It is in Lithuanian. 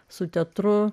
su teatru